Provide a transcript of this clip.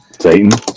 Satan